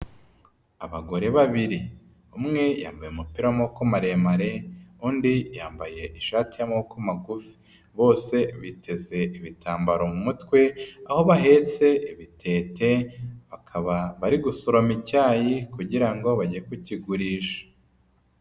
Abagore babiri umwe yambaye umupira w'amaboko maremare, undi yambaye ishati y'amaboko magufi, bose biteze ibitambaro mu mutwe, aho bahetse ibitete, bakaba bari gusoroma icyayi kugira ngo bajye kukigurisha.